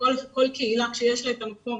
וכל קהילה כשיש לה את המקום